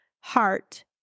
heart